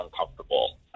uncomfortable